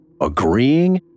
agreeing